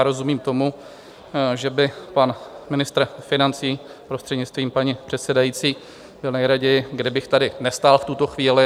Rozumím tomu, že by pan ministr financí, prostřednictvím paní předsedající, byl nejraději, kdybych tady nestál v tuto chvíli.